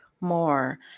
more